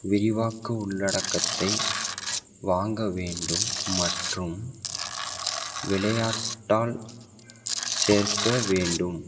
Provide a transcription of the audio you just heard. விரிவாக்க உள்ளடக்கத்தை வாங்க வேண்டும் மற்றும் விளையாட்டால் சேர்க்க வேண்டும்